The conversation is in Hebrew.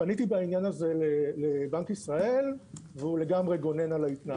פניתי בעניין הזה לבנק ישראל והוא לגמרי גונן על ההתנהלות הזאת.